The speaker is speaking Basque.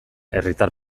herritar